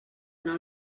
anar